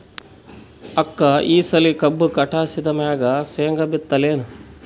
ಅಕ್ಕ ಈ ಸಲಿ ಕಬ್ಬು ಕಟಾಸಿದ್ ಮ್ಯಾಗ, ಶೇಂಗಾ ಬಿತ್ತಲೇನು?